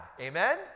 Amen